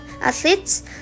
athletes